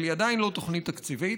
אבל היא עדיין לא תוכנית תקציבית.